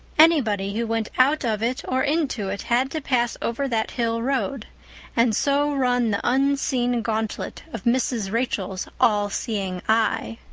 anybody who went out of it or into it had to pass over that hill road and so run the unseen gauntlet of mrs. rachel's all-seeing eye.